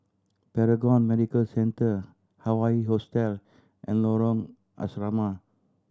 Paragon Medical Centre Hawaii Hostel and Lorong Asrama